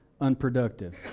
unproductive